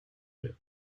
mehr